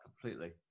completely